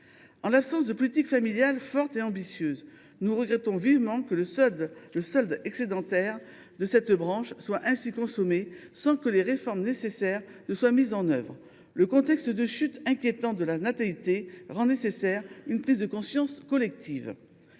En l’absence d’une politique familiale forte et ambitieuse, nous regrettons vivement que le solde excédentaire de cette branche soit consommé sans que les réformes indispensables soient mises en œuvre. Le contexte de chute inquiétante de la natalité rend nécessaire une prise de conscience collective.